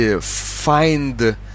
find